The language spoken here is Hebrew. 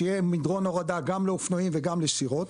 שיהיה מדרון הורדה גם לאופנועים וגם לסירות,